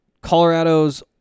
Colorado's